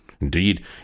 Indeed